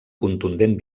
contundent